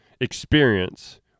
experience